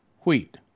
wheat